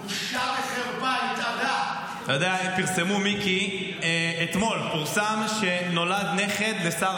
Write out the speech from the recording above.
על מה אתה מדבר, מקום שלישי בעולם יוקר המחיה.